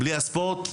בלי הספורט,